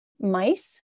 mice